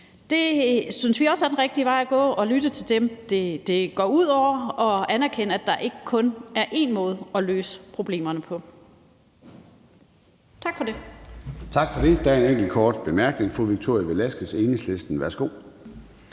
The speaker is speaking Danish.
Det synes vi også er den rigtige vej at gå, altså at lytte til dem, det går ud over, og anerkende, at der ikke kun er én måde at løse problemerne på. Tak for det.